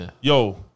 Yo